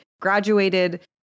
graduated